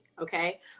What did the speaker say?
okay